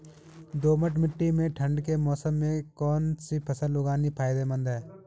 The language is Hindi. दोमट्ट मिट्टी में ठंड के मौसम में कौन सी फसल उगानी फायदेमंद है?